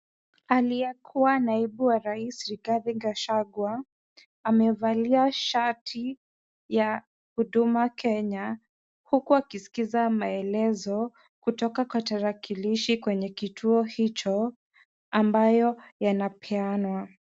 Aliyekuwa naibu wa rais, Rigathi Gachagua, amevalia shati ya Huduma Kenya, huku akisikiza maelezo kutoka kwa tarakilishi kwenye kituo hicho ambayo inapeanwa.